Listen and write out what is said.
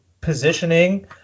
positioning